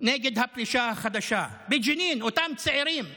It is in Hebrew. נגד הפלישה החדשה בג'נין, אותם צעירים שנולדו.